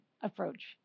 approach